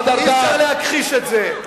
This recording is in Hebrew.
אי-אפשר להכחיש את זה.